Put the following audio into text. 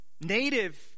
native